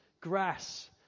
grass